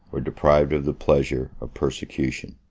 or deprived of the pleasure, of persecution.